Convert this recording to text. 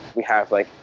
we have like